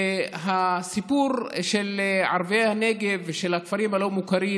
והסיפור של ערביי הנגב ושל הכפרים הלא-מוכרים